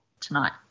tonight